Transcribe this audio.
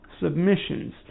submissions